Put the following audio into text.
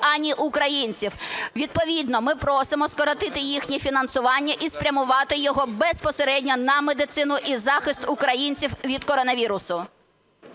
ані українців. Відповідно ми просимо скоротити їхнє фінансування і спрямувати його безпосередньо на медицину і захист українців від коронавірусу.